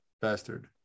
bastard